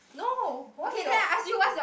no what's your